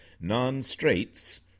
non-straits